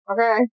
Okay